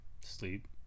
Sleep